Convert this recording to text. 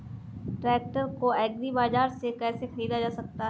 Tractor को agri bazaar से कैसे ख़रीदा जा सकता हैं?